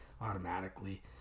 automatically